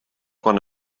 quan